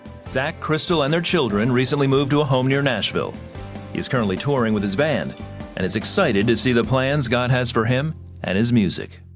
zach, crystal, and their children recently moved to a home near nashville. he is currently touring with his band and is excited to see the plans god has for him and his music.